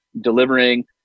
delivering